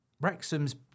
Wrexham's